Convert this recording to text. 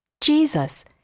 Jesus